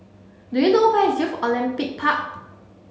do you know where is Youth Olympic Park